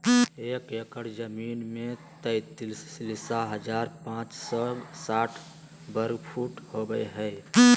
एक एकड़ जमीन में तैंतालीस हजार पांच सौ साठ वर्ग फुट होबो हइ